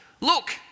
Look